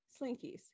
slinkies